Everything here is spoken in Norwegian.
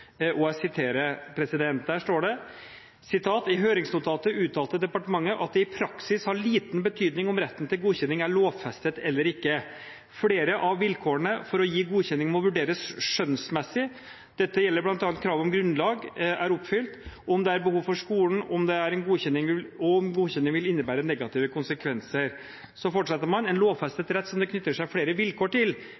Der står det: «I høringsnotatet uttalte departementet at det i praksis har liten betydning om retten til godkjenning er lovfestet eller ikke. Flere av vilkårene for å få godkjenning må vurderes skjønnsmessig; dette gjelder blant annet om kravet til grunnlag er oppfylt, om det er behov for skolen og om en godkjenning vil innebærer negative konsekvenser». Man fortsetter med «en lovfestet rett som det knytter seg flere vilkår til